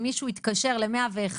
אם מישהו יתקשר ל-101,